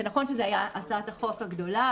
נכון שזו הייתה הצעת החוק הגדולה,